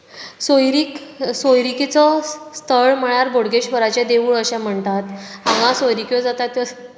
सोयरीक सोयरीकेचो स्थळ म्हणल्यार बोडगेश्वराचें देवूळ अशें म्हणटात हांगा सोयरीक्यो जाता त्यो